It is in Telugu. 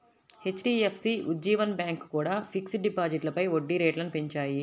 హెచ్.డి.ఎఫ్.సి, ఉజ్జీవన్ బ్యాంకు కూడా ఫిక్స్డ్ డిపాజిట్లపై వడ్డీ రేట్లను పెంచాయి